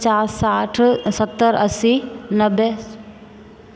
पचास साठि सत्तरि अस्सी नबे